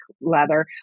leather